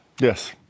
Yes